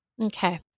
Okay